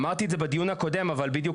אמרתי את זה בדיון הקודם אבל בדיוק